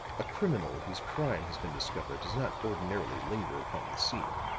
a criminal whose crime has been discovered does not ordinarily linger upon the scene.